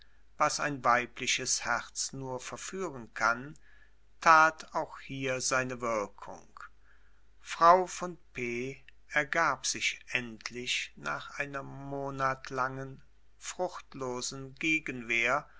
was ein weibliches herz nur verführen kann tat auch hier seine wirkung frau von p ergab sich endlich nach einer monatlangen fruchtlosen gegenwehr